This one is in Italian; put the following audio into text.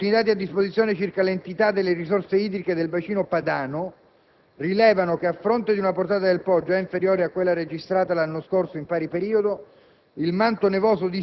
In particolare, gli ultimi dati a disposizione circa l'entità delle risorse idriche del bacino padano rilevano che, a fronte di una portata del Po già inferiore a quella registrata l'anno scorso in pari periodo,